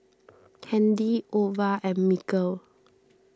Kandy Ova and Mikel